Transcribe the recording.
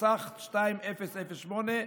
התשס"ח 2008,